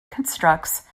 constructs